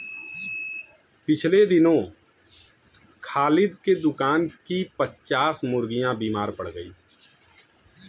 पिछले दिनों खालिद के दुकान की पच्चास मुर्गियां बीमार पड़ गईं